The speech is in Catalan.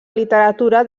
literatura